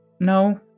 no